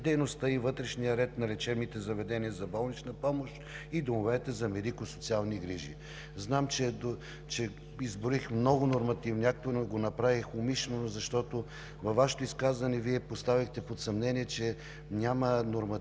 и вътрешният ред на лечебните заведения за болнична помощ и домовете за медико-социални грижи. Знам, че изброих много нормативни актове, но го направих умишлено, защото във Вашето изказване Вие поставихте под съмнение, че няма нормативна